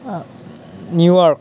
New York